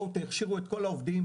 תכשירו את כל העובדים,